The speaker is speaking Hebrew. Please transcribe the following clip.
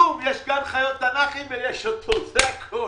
כלום, יש את גן החיות התנ"כי ויש אותו, זה הכול.